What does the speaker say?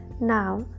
Now